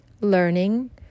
learning